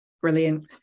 brilliant